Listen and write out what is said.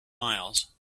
miles